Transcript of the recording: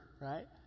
right